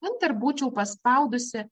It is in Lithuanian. enter būčiau paspaudusi